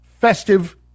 festive